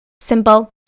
simple